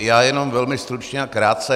Já jenom velmi stručně a krátce.